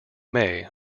may